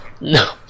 No